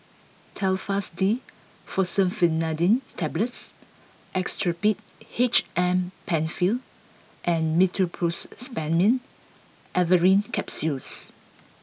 Telfast D Fexofenadine Tablets Actrapid H M Penfill and Meteospasmyl Alverine Capsules